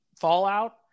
fallout